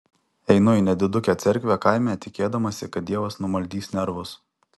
einu į nedidukę cerkvę kaime tikėdamasi kad dievas numaldys nervus